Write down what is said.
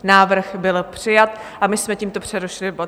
Návrh byl přijat a my jsme tímto přerušili bod.